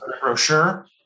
brochure